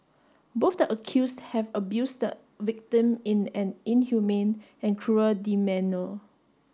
both the accused have abused the victim in an inhumane and cruel demeanour